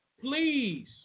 Please